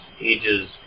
ages